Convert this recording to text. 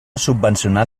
subvencionar